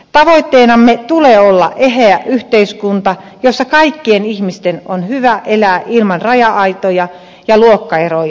tavoitteenamme tulee olla eheä yhteiskunta jossa kaikkien ihmisten on hyvä elää ilman raja aitoja ja luokkaeroja